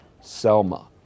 Selma